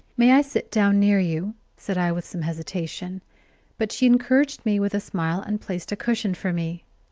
may i sit down near you? said i with some hesitation but she encouraged me with a smile and placed a cushion for me.